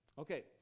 Okay